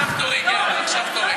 עכשיו, עכשיו תורי, גרמן, עכשיו תורי.